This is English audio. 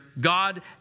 God